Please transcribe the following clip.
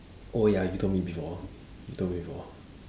oh ya you told me before you told me before